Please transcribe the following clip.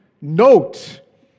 note